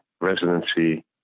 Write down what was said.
residency